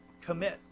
Commit